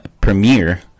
premiere